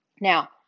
Now